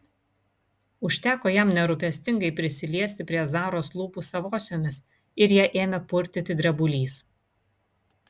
užteko jam nerūpestingai prisiliesti prie zaros lūpų savosiomis ir ją ėmė purtyti drebulys